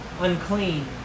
unclean